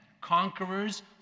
conquerors